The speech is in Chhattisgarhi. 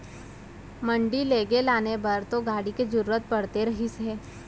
मंडी लेगे लाने बर तो गाड़ी के जरुरत पड़ते रहिस हे